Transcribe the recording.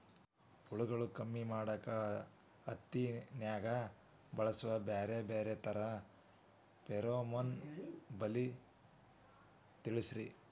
ಹುಳುಗಳು ಕಮ್ಮಿ ಮಾಡಾಕ ಹತ್ತಿನ್ಯಾಗ ಬಳಸು ಬ್ಯಾರೆ ಬ್ಯಾರೆ ತರಾ ಫೆರೋಮೋನ್ ಬಲಿ ತಿಳಸ್ರಿ